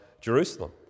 Jerusalem